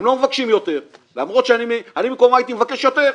הם לא מבקשים יותר למרות שאני במקומם הייתי מבקש יותר.